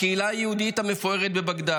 הקהילה היהודית המפוארת בבגדד,